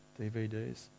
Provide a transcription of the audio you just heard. DVDs